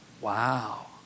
Wow